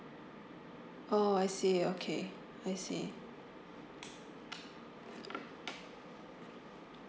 oh I see okay I see